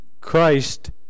Christ